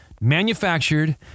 manufactured